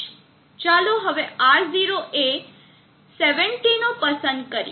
ચાલો હવે R0 એ 70 નો પસંદ કરીએ